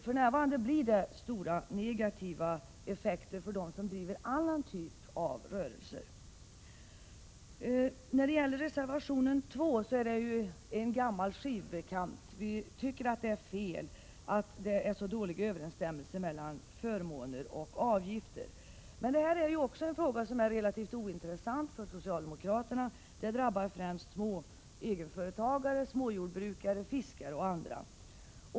För närvarande blir det nämligen stora negativa effekter också för dem som driver andra typer av rörelser. När det gäller reservation 2 rör det sig ju om en gammal skivbekant. Vi tycker att det är fel att det är så dålig överensstämmelse mellan förmåner och avgifter. Men det här är ju också en fråga, som är relativt ointressant för socialdemokraterna. Det drabbar främst egenföretagare, småjordbrukare, fiskare och andra.